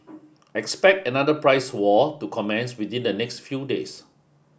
expect another price war to commence within the next few days